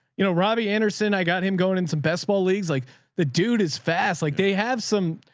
you know, robbie anderson, i got him going in some best ball leagues. like the dude is fast. like they have some,